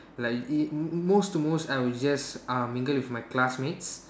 like it most to most I will just uh mingle with my classmates